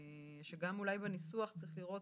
שגם אולי בניסוח צריך לראות